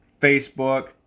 Facebook